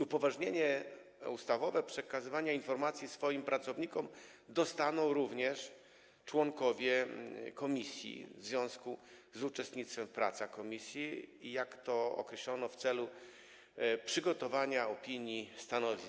Upoważnienie ustawowe przekazywania informacji swoim pracownikom dostaną również członkowie komisji w związku z uczestnictwem w pracach komisji, jak to określono, w celu przygotowania opinii, stanowisk.